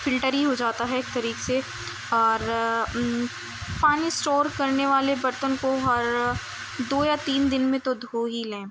filter ہی ہو جاتا ہے ایک طریقے سے اور پانی اسٹور کرنے والے برتن کو ہر دو یا تین دن میں تو دھو ہی لیں